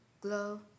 glow